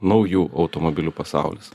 naujų automobilių pasaulis